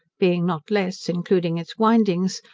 being not less, including its windings,